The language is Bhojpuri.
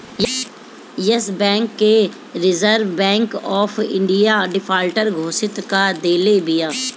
एश बैंक के Reserve Bank of India defaulter घोषित कअ देले बिया